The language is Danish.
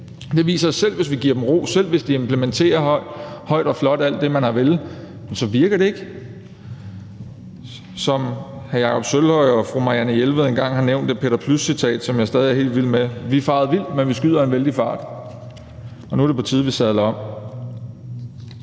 Det viser, at selv hvis vi giver dem ro, selv hvis de implementerer højt og flot, alt det, man har villet, virker det ikke. Som hr. Jakob Sølvhøj og fru Marianne Jelved engang har sagt med et Peter Plys-citat, som jeg stadig er helt vild med: Vi er faret vild, men vi skyder en vældig fart. Nu er det på tide, vi sadler om.